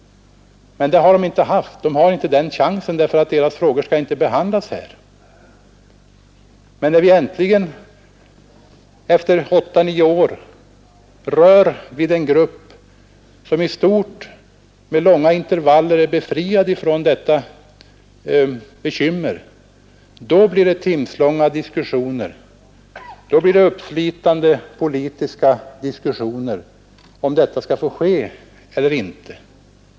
Men de har inte den chansen, för deras frågor skall inte behandlas här. När vi äntligen efter åtta—nio år rör vid en grupp som i stort eller i varje fall med långa intervaller är befriad från detta bekymmer, då blir det dagslånga diskussioner, då blir det uppslitande politiska diskussioner om detta skall få ske eller inte.